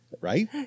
right